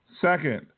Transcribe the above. Second